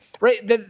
right